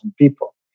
people